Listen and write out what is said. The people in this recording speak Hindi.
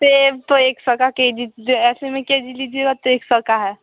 सेब तो एक सौ का के जी ऐसे में के जी लीजिएगा तो एक सौ का है